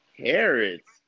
Carrots